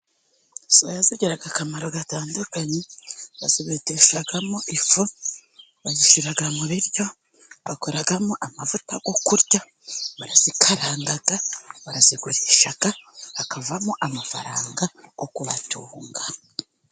Soya zigira akamaro gatandukanye, bazibeteshamo ifu bazishyira mu biryo, bakoramo amavuta yo kurya barazikaranga, barazigurisha hakavamo amafaranga yo kubatunga.